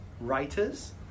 writers